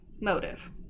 motive